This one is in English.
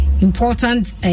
important